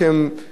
או שעושים,